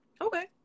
Okay